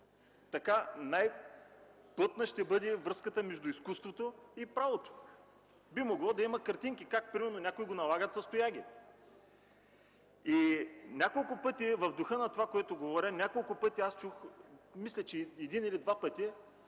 Така най-плътна ще бъде връзката между изкуството и правото. Би могло да има картинки – примерно как някого налагат с тояги. Няколко пъти чух, в духа на това, което говоря, мисля че един или два пъти